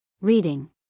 reading